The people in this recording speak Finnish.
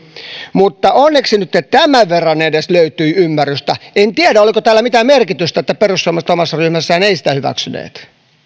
mutta onneksi nytten edes tämän verran löytyi ymmärrystä en tiedä oliko tällä mitään merkitystä että perussuomalaiset omassa ryhmässään eivät sitä hyväksyneet